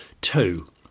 Two